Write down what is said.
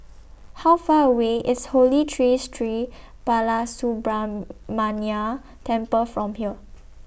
How Far away IS Holy Tree Sri Balasubramaniar Temple from here